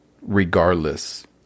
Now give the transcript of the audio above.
regardless